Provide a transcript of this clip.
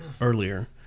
earlier